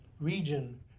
region